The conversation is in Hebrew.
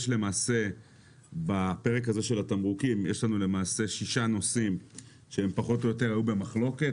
יש למעשה בפרק של התמרוקים שישה נושאים שהם פחות או יותר היו במחלוקת.